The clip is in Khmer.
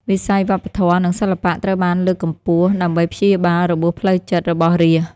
វិស័យវប្បធម៌ និងសិល្បៈត្រូវបានលើកកម្ពស់ដើម្បីព្យាបាលរបួសផ្លូវចិត្តរបស់រាស្ត្រ។